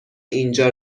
اینجا